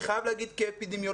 אני חייב להגיד כאפידמיולוג,